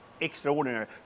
extraordinary